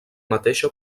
mateixa